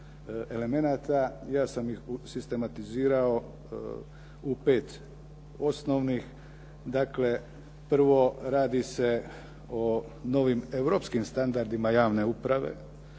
Ja sam ih sistematizirao u pet osnovnih. Dakle, prvo radi se o novim europskim standardima javne uprave.